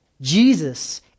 Jesus